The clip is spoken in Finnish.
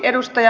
puhemies